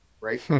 right